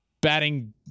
Batting